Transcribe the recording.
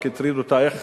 רק הטריד אותה איך